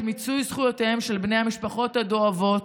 מיצוי זכויותיהם של בני המשפחות הדואבות,